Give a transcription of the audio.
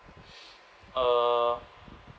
uh